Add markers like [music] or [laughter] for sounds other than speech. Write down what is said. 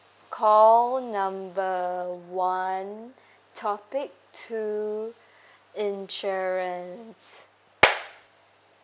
call number one topic two [breath] insurance